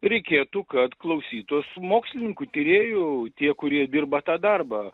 reikėtų kad klausytųs mokslininkų tyrėjų tie kurie dirba tą darbą